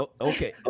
Okay